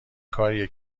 کاریه